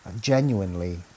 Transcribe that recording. genuinely